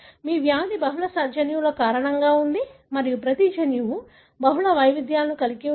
మీ వ్యాధి బహుళ జన్యువుల కారణంగా ఉంది మరియు ప్రతి జన్యువు బహుళ వైవిధ్యాలను కలిగి ఉంది